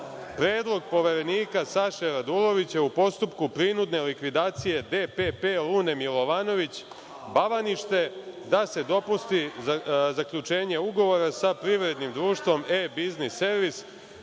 predlog poverenika Saše Radulovića u postupku prinudne likvidacije DPP „Lune Milovanović“ Bavanište, da se dopusti zaključenje ugovora sa privrednim društvom „E-biznis servis“